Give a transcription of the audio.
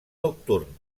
nocturn